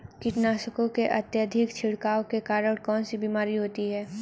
कीटनाशकों के अत्यधिक छिड़काव के कारण कौन सी बीमारी होती है?